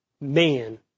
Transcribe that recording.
man